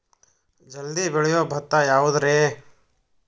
ಜಲ್ದಿ ಬೆಳಿಯೊ ಭತ್ತ ಯಾವುದ್ರೇ?